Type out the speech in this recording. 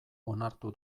onartu